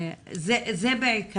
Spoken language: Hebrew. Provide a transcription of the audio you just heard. בסלולרי.